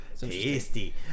tasty